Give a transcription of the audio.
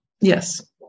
Yes